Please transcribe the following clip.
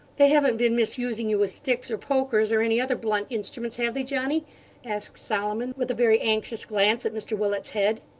they haven't been misusing you with sticks, or pokers, or any other blunt instruments have they, johnny asked solomon, with a very anxious glance at mr willet's head.